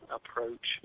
approach